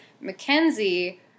Mackenzie